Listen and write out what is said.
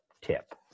tip